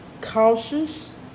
cautious